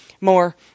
more